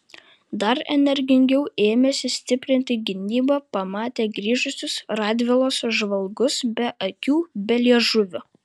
dar energingiau ėmėsi stiprinti gynybą pamatę grįžusius radvilos žvalgus be akių be liežuvio